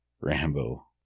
Rambo